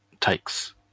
takes